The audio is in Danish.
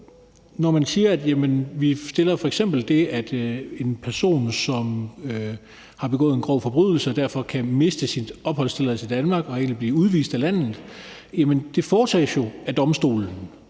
når man f.eks. foreslår det, at en person, som har begået en grov forbrydelse og derfor kan miste sin opholdstilladelse i Danmark og egentlig blive udvist af landet, vil jeg sige, at det